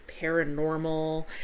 Paranormal